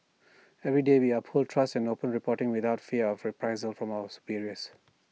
every day we uphold trust and open reporting without fear of reprisal from our superiors